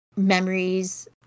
Memories